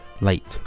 late